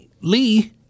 Lee